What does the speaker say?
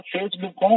Facebook